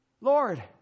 Lord